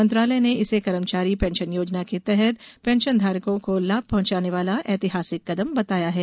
मंत्रालय ने इसे कर्मचारी पेंशन योजना के तहत पेंशनधारकों के लाभ पहुंचाने वाला ऐतिहासिक कदम बताया है